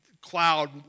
cloud